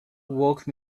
woke